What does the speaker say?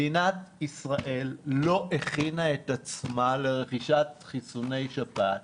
מדינת ישראל לא הכינה את עצמה לרכישת חיסוני שפעת.